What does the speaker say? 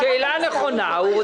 --- יש לי